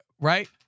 right